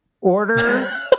order